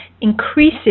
increases